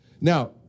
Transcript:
Now